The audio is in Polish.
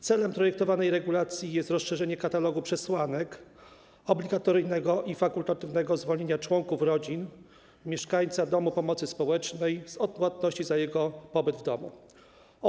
Celem projektowanej regulacji jest rozszerzenie katalogu przesłanek obligatoryjnego i fakultatywnego zwolnienia członków rodzin mieszkańca domu pomocy społecznej z odpłatności za jego pobyt w tym domu.